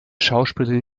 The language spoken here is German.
schauspieler